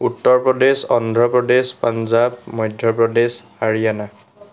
Uttar Pradesh Andhra Pradesh Punjab Madhya Pradesh Haryana